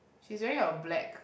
she's wearing a black